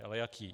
Ale jaký?